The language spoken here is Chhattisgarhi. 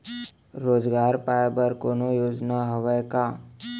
रोजगार पाए बर कोनो योजना हवय का?